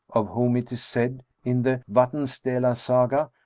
of whom it is said, in the vatnscuela saga,